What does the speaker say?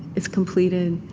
it's completed.